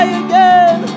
again